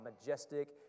majestic